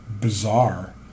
bizarre